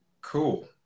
Cool